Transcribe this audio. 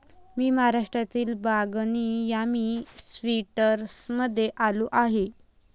मी महाराष्ट्रातील बागनी यामी स्वीट्समध्ये आलो आहे